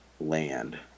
land